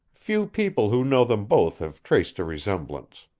few people who know them both have traced a resemblance.